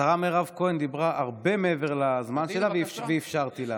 השרה מירב כהן דיברה הרבה מעבר לזמן שלה ואפשרתי לה.